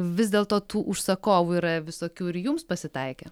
vis dėlto tų užsakovų yra visokių ir jums pasitaikę